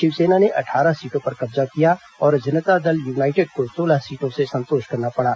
शिवसेना ने अट्ठारह सीटों पर कब्जा किया और जनता दल यूनाइटेड को सोलह सीटों से संतोष करना पड़ा